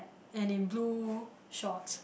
and in blue shorts